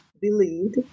believed